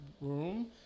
room